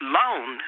loan